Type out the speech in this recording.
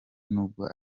nubwo